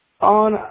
on